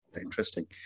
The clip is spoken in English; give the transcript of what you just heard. Interesting